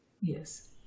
Yes